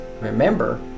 remember